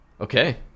Okay